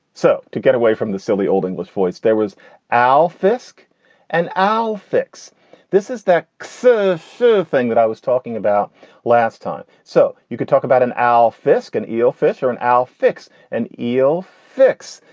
so to get away from the silly old english voice there was al fisk and i'll fix this is that so shoe thing that i was talking about last time. so you could talk about an al fisk and eel fish or an al fix? an eel fix.